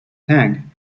tang